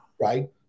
right